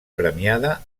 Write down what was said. premiada